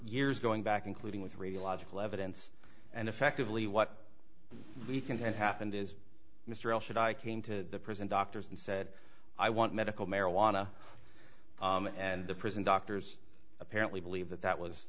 years going back including with radiological evidence and effectively what we contend happened is mr el shaddai came to the prison doctors and said i want medical marijuana and the prison doctors apparently believe that that was